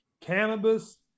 Cannabis